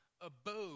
abode